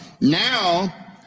Now